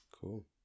Cool